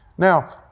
Now